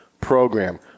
program